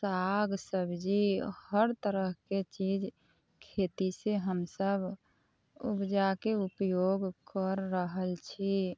साग सब्जी हर तरहके चीज खेतीसँ हमसब उपजाके उपयोग कर रहल छी